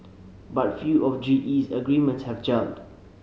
but few of GE's agreements have gelled